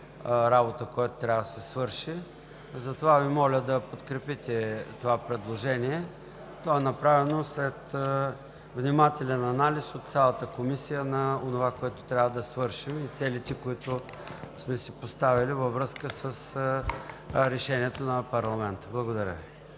работа, която трябва да се свърши. Затова Ви моля да подкрепите това предложение. То е направено след внимателен анализ на цялата Комисия на онова, което трябва да свършим, и целите, които сме си поставили във връзка с решението на парламента. Благодаря Ви.